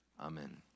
amen